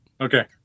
Okay